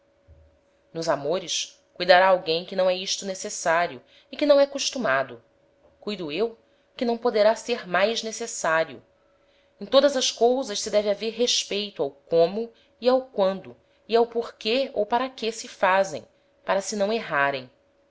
nos amores cuidará alguem que não é isto necessario e que não é costumado cuido eu que não poderá ser mais necessario em todas as cousas se deve haver respeito ao como e ao quando e ao porque ou para que se fazem para se não errarem